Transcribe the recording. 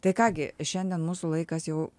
tai ką gi šiandien mūsų laikas jau